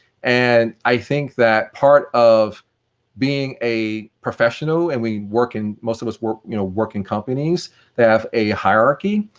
and i think that part of being a professional, and we work most of us work you know work in companies, that have a hierarchy,